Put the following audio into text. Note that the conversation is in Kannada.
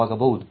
ಧನ್ಯವಾದ